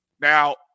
Now